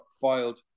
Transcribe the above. filed